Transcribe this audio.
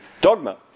dogma